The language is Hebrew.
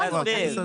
לא, אני רוצה ללמוד.